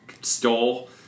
stole